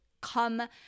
come